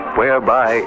whereby